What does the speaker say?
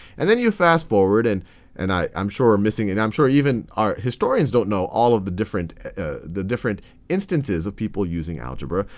and then you fast forward. and and i'm sure we're missing and i'm sure even our historians don't know all of the different the different instances of people using algebra,